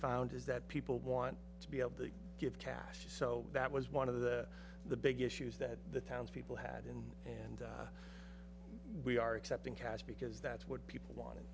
found is that people want to be able to give cash so that was one of the the big issues that the townspeople had and and we are accepting cash because that's what people want i